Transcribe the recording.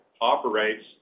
operates